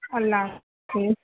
اللہ حافظ